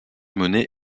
monnaie